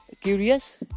curious